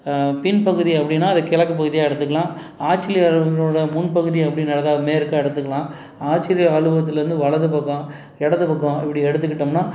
பின்பகுதி அப்படின்னா அது கிழக்கு பகுதியாக எடுத்துக்கலாம் ஆட்சியர் அவர்களோடய முன்பகுதி அப்படின்னு அதாவது மேற்காக எடுத்துக்கலாம் ஆட்சியர் அலுவகத்திலேருந்து வலது பக்கம் இடது பக்கம் இப்படி எடுத்துக்கிட்டோம்னா